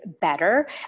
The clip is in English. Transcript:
better